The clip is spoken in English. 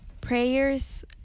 prayers